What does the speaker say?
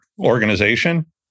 organization